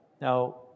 Now